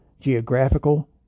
geographical